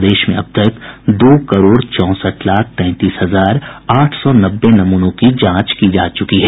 प्रदेश में अब तक दो करोड़ चौसठ लाख तैंतीस हजार आठ सौ नब्बे कोरोना नमूनों की जांच की गयी है